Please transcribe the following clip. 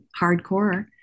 hardcore